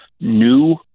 new